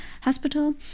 hospital